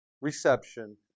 reception